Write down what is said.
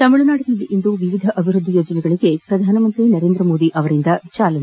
ತಮಿಳುನಾಡಿನಲ್ಲಿಂದು ವಿವಿಧ ಅಭಿವೃದ್ದಿ ಯೋಜನೆಗಳಿಗೆ ಪ್ರಧಾನಮಂತ್ರಿ ನರೇಂದ್ರ ಮೋದಿ ಅವರಿಂದ ಚಾಲನೆ